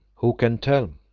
who can tell?